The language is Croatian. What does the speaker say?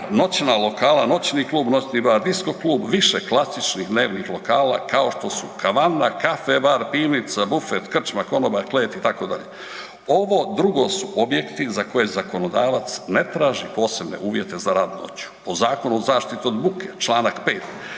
noćna lokala noćni klub, noćni bar, disco klub, više klasičnih dnevnih lokala kao što su kavana, caffe bar, pivnica, buffet, krčma, konoba, klet itd., ovo drugo su objekti za koje zakonodavac ne traži posebne uvjete za rad noću. Po Zakonu o zaštiti od buke čl. 5.